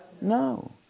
No